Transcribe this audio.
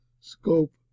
scope